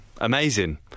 amazing